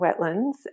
wetlands